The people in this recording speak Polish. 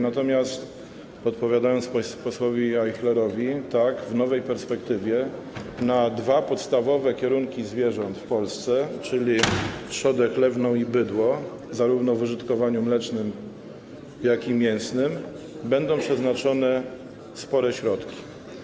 Natomiast odpowiadam posłowi Ajchlerowi: Tak, w nowej perspektywie na dwa podstawowe kierunki zwierząt w Polsce, czyli trzodę chlewną i bydło - zarówno w użytkowaniu mlecznym, jak i mięsnym - będą przeznaczone spore środki.